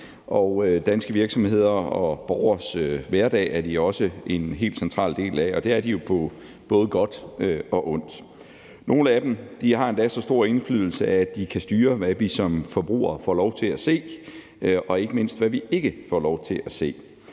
danske virksomheder og borgeres hverdag er de også en helt central del af, og det er de jo på både godt og ondt. Nogle af dem har endda så stor indflydelse, at de kan styre, hvad vi som forbrugere får lov til at se, og ikke mindst, hvad vi ikke får lov til at se,